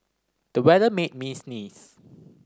the weather made me sneeze